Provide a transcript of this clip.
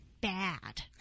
bad